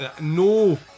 no